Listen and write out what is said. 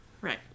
Right